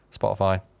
Spotify